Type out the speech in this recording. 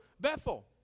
Bethel